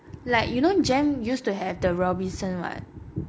like you don't jem used to have the robinsons [what]